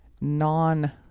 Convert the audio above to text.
non-